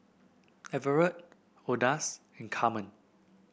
Everet Odus and Carmen